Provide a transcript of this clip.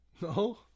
No